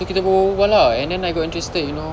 so kita berbual berbual lah and then I got interested you know